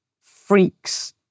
freaks